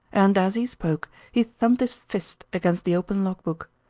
and as he spoke he thumped his fist against the open log book.